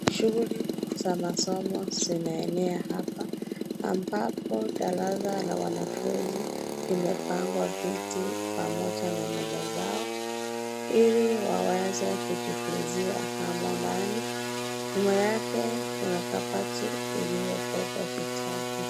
Shughuli za masomo zinaenea hapa ambapo darasa la wanafunzi imepangwa viti pamoja na meza zao ili waweze kujifunzia humo ndani, nyuma yake kuna kabati iliyobeba vitabu .